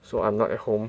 so I'm not at home